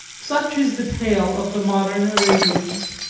such is the tale of the modern arabians.